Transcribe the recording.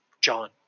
John